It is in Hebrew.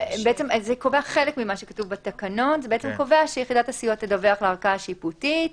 זה קובע שיחידת הסיוע תדווח לערכאה השיפוטית.